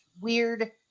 weird